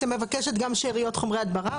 את מבקשת גם שאריות חומרי הדברה?